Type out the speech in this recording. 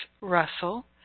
Russell